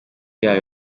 yayo